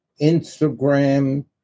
Instagram